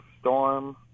storm